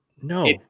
no